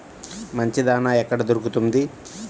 మంచి దాణా ఎక్కడ దొరుకుతుంది?